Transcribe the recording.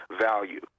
value